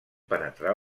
penetrar